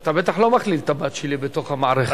אתה בטח לא מכליל את הבת שלי בתוך המערכת.